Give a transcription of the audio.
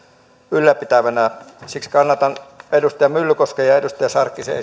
ylläpitävänä siksi kannatan edustaja myllykosken ja edustaja sarkkisen